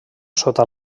sota